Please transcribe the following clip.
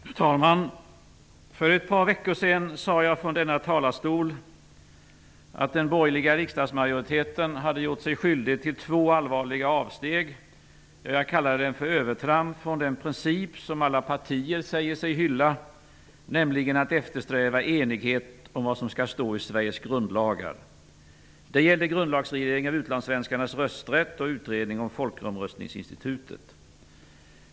Fru talman! För ett par veckor sedan sade jag från denna talarstol att den borgerliga riksdagsmajoriteten hade gjort sig skyldig till två allvarliga avsteg -- ja, jag kallade dem för övertramp -- från den princip som alla partier säger sig hylla, nämligen att eftersträva enighet om vad som skall stå i Sveriges grundlagar. Det gällde grundlagsreglering av utlandssvenskarnas rösträtt och utredning om folkomröstningsinstitutet.